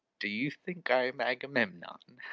do you think i am agamemnon?